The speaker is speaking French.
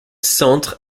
centre